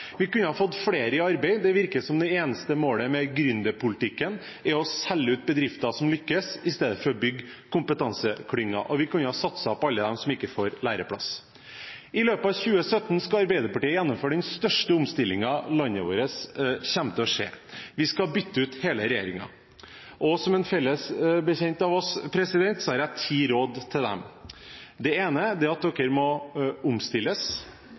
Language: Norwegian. Vi kunne ha fått flere i arbeid. Det virker som at det eneste målet med gründerpolitikken er å selge ut bedrifter som lykkes, i stedet for å bygge kompetanseklynger. Og vi kunne ha satset på alle dem som ikke får læreplass. I løpet av 2017 skal Arbeiderpartiet gjennomføre den største omstillingen landet vårt kommer til å se. Vi skal bytte ut hele regjeringen. Og som en felles bekjent av oss har jeg ti råd til dem: Det ene er at dere må omstilles.